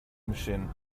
machine